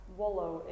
wallow